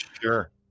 sure